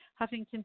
Huffington